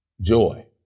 joy